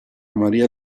maria